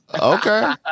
Okay